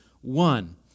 one